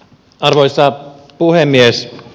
arvoisa puhemies